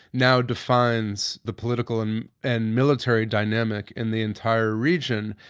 now defines the political and and military dynamic in the entire region,